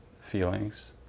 feelings